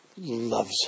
loves